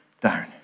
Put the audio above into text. down